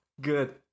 Good